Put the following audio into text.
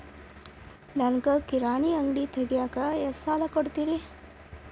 ನನಗ ಕಿರಾಣಿ ಅಂಗಡಿ ತಗಿಯಾಕ್ ಎಷ್ಟ ಸಾಲ ಕೊಡ್ತೇರಿ?